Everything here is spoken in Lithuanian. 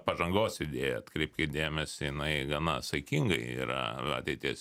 pažangos idėja atkreipkit dėmesį jinai gana saikingai yra ateities